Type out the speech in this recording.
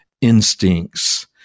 instincts